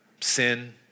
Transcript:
sin